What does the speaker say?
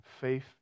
faith